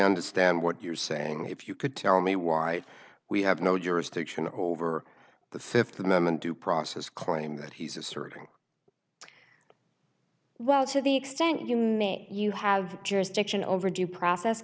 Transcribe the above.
understand what you're saying if you could tell me why we have no jurisdiction over the fifth amendment due process claim that he's asserting well to the extent you may you have jurisdiction over due process